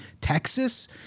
Texas